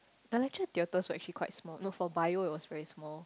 the lecturer is the author leh she's quite small not for Bio it was very small